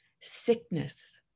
sickness